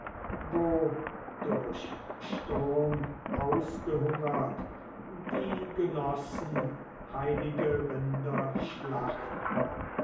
durch sturm ausgehungert die genossen heilige rinder schlachten